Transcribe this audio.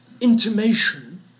intimation